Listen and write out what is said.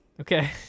Okay